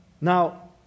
Now